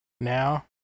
now